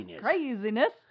Craziness